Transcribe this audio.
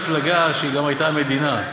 אז הייתה מפלגה שהיא גם הייתה המדינה,